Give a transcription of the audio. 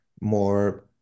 more